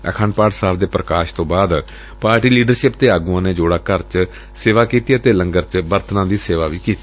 ਆਖੰਡ ਪਾਠ ਸਾਹਿਬ ਦੇ ਪ੍ਰਕਾਸ਼ ਤੋਂ ਬਾਅਦ ਪਾਰਟੀ ਲੀਡਰਸ਼ਿਪ ਅਤੇ ਆਗੁਆਂ ਨੇ ਜੋੜਾ ਘਰ ਚ ਸੇਵਾ ਕੀਤੀ ਅਤੇ ਲੰਗਰ ਚ ਬਰਤਨਾਂ ਦੀ ਸੇਵਾ ਵੀ ਕੀਤੀ